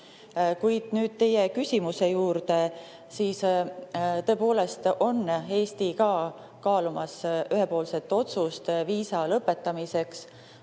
Kuid nüüd teie küsimuse juurde. Tõepoolest on ka Eesti kaalumas ühepoolset otsust viisa lõpetamiseks